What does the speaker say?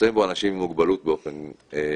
שנמצאים בו אנשים עם מוגבלות באופן כללי.